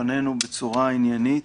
שלפנינו בצורה עניינית.